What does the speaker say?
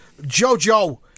Jojo